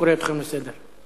אני קורא אתכם לסדר.